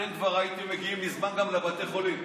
אתם כבר הייתם מגיעים מזמן גם לבתי חולים.